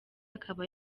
akaba